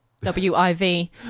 w-i-v